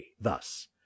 thus